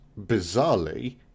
bizarrely